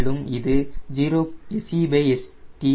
மேலும் இது SeSt